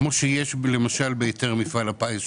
כמו שיש למשל בהיתר מפעל הפיס,